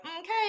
okay